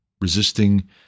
resisting